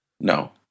No